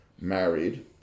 married